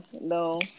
no